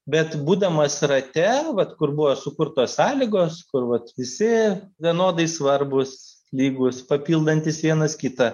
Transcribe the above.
bet būdamas rate vat kur buvo sukurtos sąlygos kur vat visi vienodai svarbūs lygūs papildantys vienas kitą